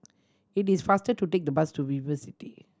it is faster to take the bus to VivoCity